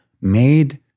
made